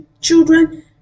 children